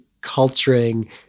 culturing